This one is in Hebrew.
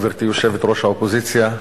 גברתי יושבת-ראש האופוזיציה,